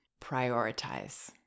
prioritize